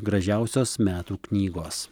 gražiausios metų knygos